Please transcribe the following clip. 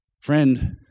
Friend